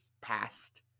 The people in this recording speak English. passed